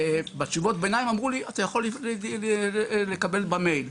בתשובות הביניים אמרו לי אתה יכול לקבל במייל,